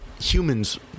humans